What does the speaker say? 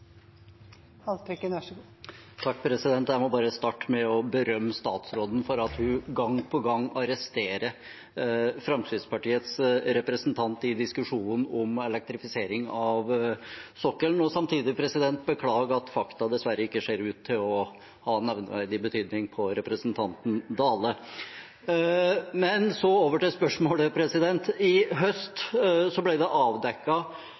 Jeg må bare starte med å berømme statsråden for at hun gang på gang arresterer Fremskrittspartiets representant i diskusjonen om elektrifisering av sokkelen, og samtidig beklage at fakta dessverre ikke ser ut til å ha nevneverdig betydning for representanten Dale. Men så over til spørsmålet: I høst ble det